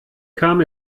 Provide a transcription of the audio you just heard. kam